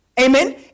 Amen